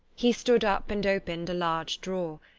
he stood up and opened a large drawer,